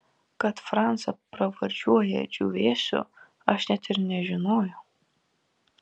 kad francą pravardžiuoja džiūvėsiu aš net ir nežinojau